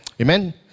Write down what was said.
Amen